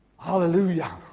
Hallelujah